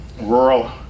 rural